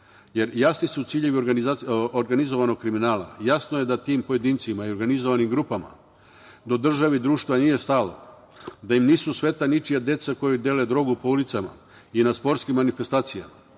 jer jasni su ciljevi organizovanog kriminala, jasno je da tim pojedincima i organizovanim grupama do države i društva im nije stalo, da im nisu sveta ničija deca koja dele drogu po ulicama i na sportskim manifestacijama,